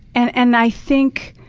and and i think